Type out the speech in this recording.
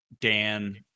Dan